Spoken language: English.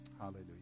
Hallelujah